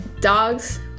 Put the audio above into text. Dogs